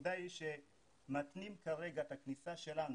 הנקודה היא שמתנים כרגע את הכניסה שלנו